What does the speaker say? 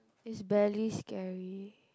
is barely scary